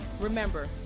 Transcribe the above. remember